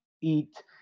eat